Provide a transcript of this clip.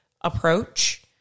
approach